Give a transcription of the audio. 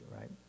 right